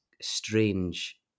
strange